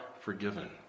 forgiven